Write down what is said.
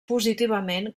positivament